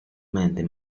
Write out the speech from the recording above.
mediante